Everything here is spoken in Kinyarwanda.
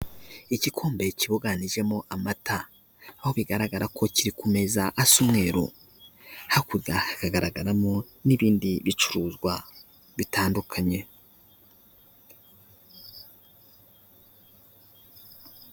Igikombe kibugajemo amata, aho bigaragara ko kiri ku meza asa umweru, hakurya hagaragaramo n'ibindi bicuruzwa bitandukanye.